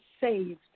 saved